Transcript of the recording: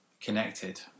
...connected